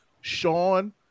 Sean